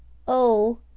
oh,